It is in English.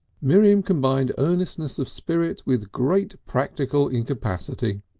miriam combined earnestness of spirit with great practical incapacity.